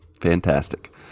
Fantastic